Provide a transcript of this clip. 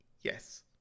yes